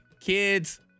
kids